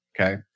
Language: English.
Okay